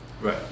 Right